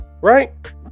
right